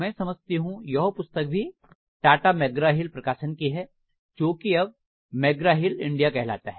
मैं समझती हूं यह पुस्तक भी टाटा मैकग्रा हिल प्रकाशन की है जो कि अब मैकग्रा हिल इंडिया कहलाता है